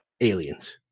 aliens